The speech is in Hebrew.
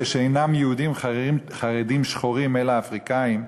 זה שאינם יהודים חרדים שחורים אלא אפריקנים,